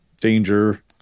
danger